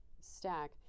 stack